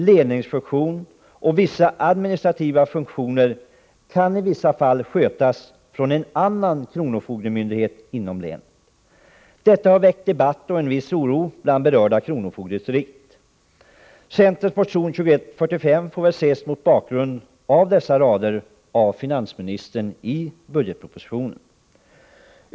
Ledningsfunktion och vissa administrativa funktioner kan i en del fall skötas från en annan kronofogdemyndighet inom länet. Detta har väckt debatt och en viss oro bland berörda kronofogdedistrikt. Centerns motion 2145 får ses mot bakgrund av dessa rader av finansministern i budgetpropositionen.